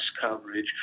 coverage